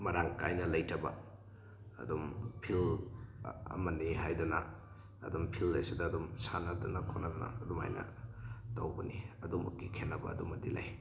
ꯃꯔꯥꯡ ꯀꯥꯏꯅ ꯂꯩꯇꯕ ꯑꯗꯨꯝ ꯐꯤꯜ ꯑꯃꯅꯦ ꯍꯥꯏꯗꯅ ꯑꯗꯨꯝ ꯐꯤꯜ ꯑꯁꯤꯗ ꯑꯗꯨꯝ ꯁꯥꯟꯅꯗꯅ ꯈꯣꯠꯅꯗꯅ ꯑꯗꯨꯃꯥꯏꯅ ꯇꯧꯕꯅꯤ ꯑꯗꯨꯝꯕꯒꯤ ꯈꯦꯠꯅꯕ ꯑꯗꯨꯃꯗꯤ ꯂꯩ